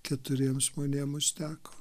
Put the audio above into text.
keturiem žmonėm užteko